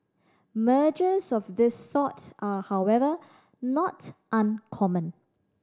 mergers of this sort are however not uncommon